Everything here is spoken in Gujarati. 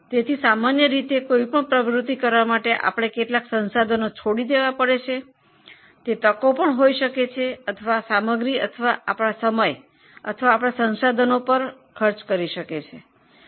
તેથી સામાન્ય રીતે કોઈ પણ પ્રવૃત્તિ કરવા માટે યોગ્ય અવસર માલ સામાન સમય અથવા સાધનો છોડી દેવા પડે છે